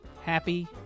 Happy